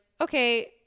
okay